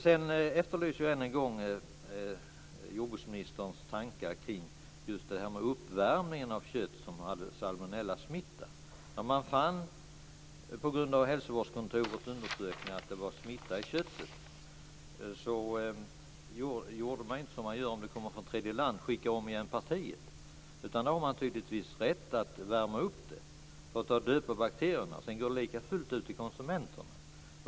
Sedan efterlyser jag än en gång jordbruksministerns tankar kring detta med uppvärmningen av kött som hade salmonellasmitta. När man i samband med hälsovårdskontorets undersökning fann att det var smitta i köttet gjorde man inte som man gör om det kommer från tredje land, dvs. skickar tillbaka partiet. Då har man tydligen rätt att värma upp det för att ta död på bakterierna. Sedan går det lika fullt ut till konsumenterna.